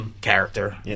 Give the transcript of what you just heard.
character